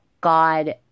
God